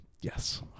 Yes